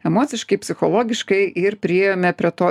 emociškai psichologiškai ir priėjome prie to